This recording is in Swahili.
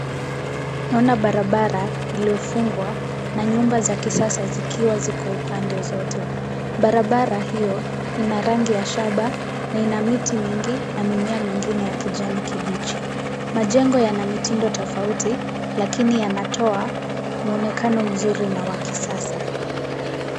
Tunaona barabara iliyofungwa na nyumba za kisasa zikiwa ziko pande zote. Barabara hio ina rangi ya shaba na ina miti mingi na mimea mingine ya kijani kibichi. Majengo yana mitindo tofauti lakini yanatoa mwonekano mzuri na wa kisasa.